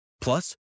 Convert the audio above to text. Plus